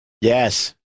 Yes